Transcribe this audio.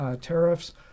tariffs